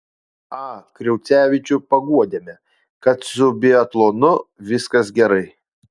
a kraucevičių paguodėme kad su biatlonu viskas gerai